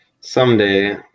Someday